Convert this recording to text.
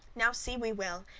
now see we well,